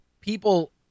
People